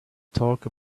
talk